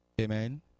Amen